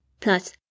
plus